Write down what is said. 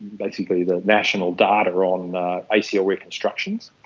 basically the national data on acl reconstructions,